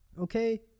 okay